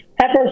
pepper